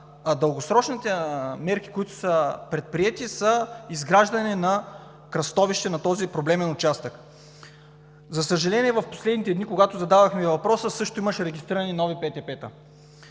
дългосрочните мерки, които са предприети, е изграждане на кръстовище на този проблемен участък. За съжаление, в последните дни, когато задавахме въпроса, също имаше регистрирани нови